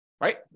right